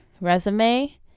resume